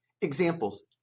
Examples